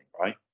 right